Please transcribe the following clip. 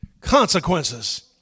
consequences